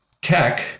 Kek